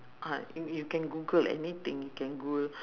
ah you you can google anything you can goo~